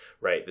right